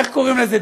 איך קוראים לזה,